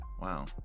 Wow